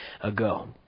ago